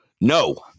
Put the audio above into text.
no